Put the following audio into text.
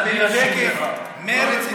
מרצ התנגדו,